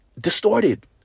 distorted